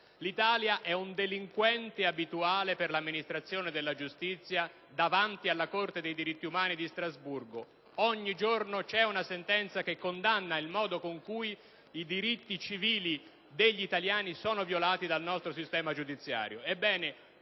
L'Italia è un delinquente abituale per l'amministrazione della giustizia davanti alla Corte dei diritti umani di Strasburgo: ogni giorno c'è una sentenza di condanna per il modo in cui i diritti civili degli italiani sono violati dal nostro sistema giudiziario.